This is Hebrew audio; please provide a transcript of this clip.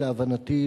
להבנתי,